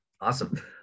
awesome